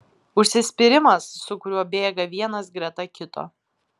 užsispyrimas su kuriuo bėga vienas greta kito